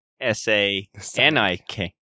S-A-N-I-K